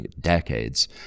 decades